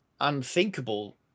unthinkable